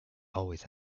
always